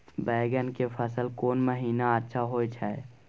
बैंगन के फसल कोन महिना अच्छा होय छै?